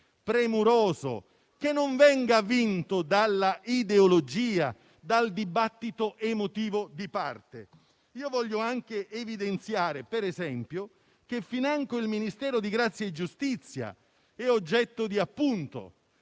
premuroso, che non venga vinto dall'ideologia o dal dibattito emotivo di parte. Voglio anche evidenziare, ad esempio, che financo il Ministero della giustizia è oggetto di appunto,